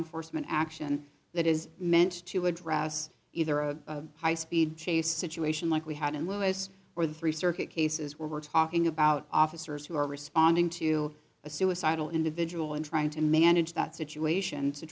enforcement action that is meant to address either a high speed chase situation like we had in lewis or the three circuit cases where we're talking about officers who are responding to a suicidal individual and trying to manage that situation to